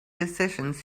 decisions